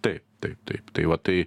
taip taip taip tai va tai